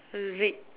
read